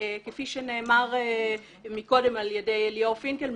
כפי שנאמר מקודם על ידי ליאור פינקל,